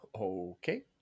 Okay